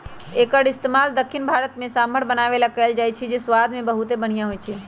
एक्कर इस्तेमाल दख्खिन भारत में सांभर बनावे ला कएल जाई छई जे स्वाद मे बहुते बनिहा होई छई